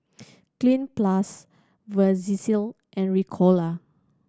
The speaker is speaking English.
Cleanz Plus Vagisil and Ricola